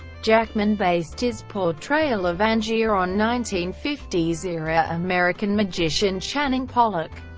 jackman based his portrayal of angier on nineteen fifty s era american magician channing pollock.